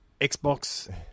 Xbox